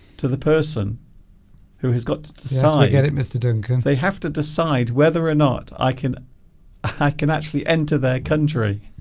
to the person who has got so i get it mr. duncan they have to decide whether or not i can hack and actually enter their country